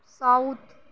south